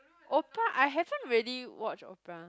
Oprah I haven't really watched Oprah